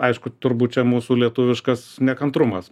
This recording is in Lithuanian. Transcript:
aišku turbūt čia mūsų lietuviškas nekantrumas